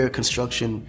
construction